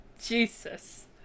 Jesus